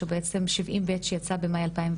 שהוא בעצם 70ב' שיצא בחודש מאי 2020,